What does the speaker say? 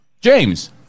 James